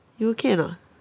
you okay or not